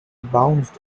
bounced